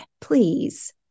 please